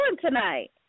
tonight